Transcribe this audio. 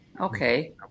Okay